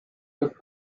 with